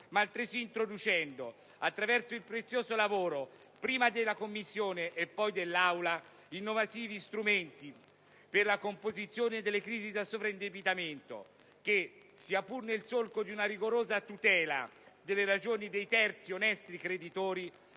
altresì introducendo, attraverso il prezioso lavoro prima della Commissione e poi dell'Aula, innovativi strumenti per la composizione delle crisi da sovraindebitamento che, sia pur nel solco di una rigorosa tutela delle ragioni dei terzi onesti creditori,